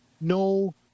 no